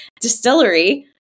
Distillery